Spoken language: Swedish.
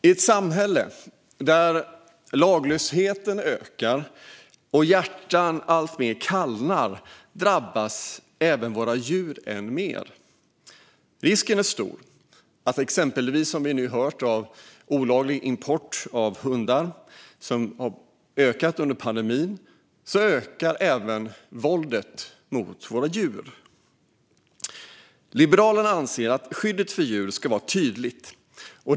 I ett samhälle där laglösheten ökar och hjärtan alltmer kallnar drabbas även våra djur. Vi har här fått höra om olaglig import av hundar, vilket har ökat under pandemin. Risken är stor för att även våldet mot våra djur ökar. Liberalerna anser att skyddet för djur ska vara tydligt.